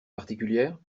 particulière